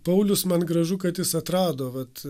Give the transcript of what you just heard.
paulius man gražu kad jis atrado vat